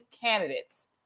candidates